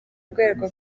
rwego